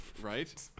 right